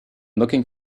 looking